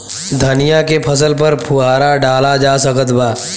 धनिया के फसल पर फुहारा डाला जा सकत बा?